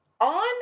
on